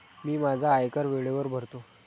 मी माझा आयकर वेळेवर भरतो